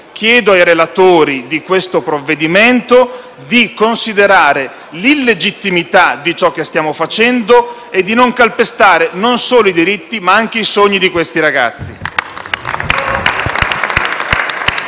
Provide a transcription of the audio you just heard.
chiedo ai relatori del provvedimento in esame di considerare l'illegittimità di ciò che stiamo facendo e di non calpestare non solo i diritti, ma anche i sogni di questi ragazzi.